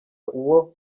uwo